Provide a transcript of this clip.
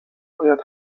باید